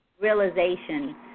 realization